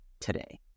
today